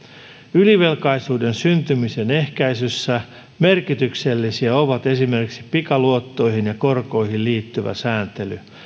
ylivelkaisuuden syntymisen ehkäisyssä merkityksellistä on esimerkiksi pikaluottoihin ja korkoihin liittyvä sääntely